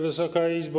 Wysoka Izbo!